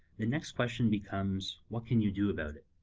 the next question becomes, what can you do about it?